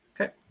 Okay